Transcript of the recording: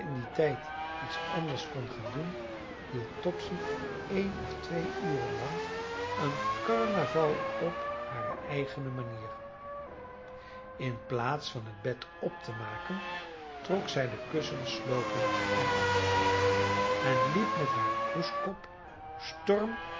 in dien tijd iets anders kon gaan doen hield topsy een of twee uren lang een carnaval op hare eigene manier in plaats van het bed op te maken trok zij de kussensloopen er af en liep met haar kroeskop storm